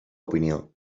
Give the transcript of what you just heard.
opinió